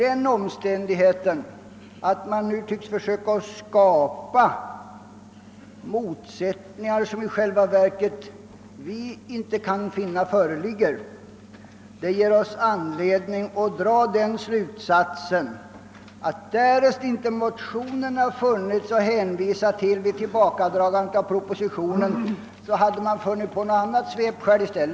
Den omständigheten att man nu tycks vilja skapa motsättningar som vi inte kan finna föreligga ger oss anledning dra den slutsatsen, att därest motionerna inte hade funnits att hänvisa till som anledning att dra tillbaka propositionen, så hade man i stället funnit på något annat svepskäl.